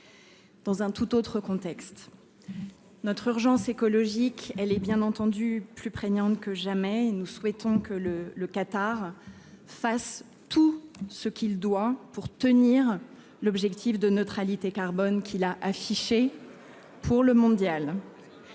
dans un tout autre contexte. Aujourd'hui, l'urgence écologique est, bien entendu, plus prégnante que jamais et nous souhaitons que le Qatar fasse tout ce qu'il doit faire pour tenir l'objectif de neutralité carbone qu'il a affiché pour ce Mondial.